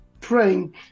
praying